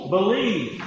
Believe